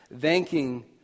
thanking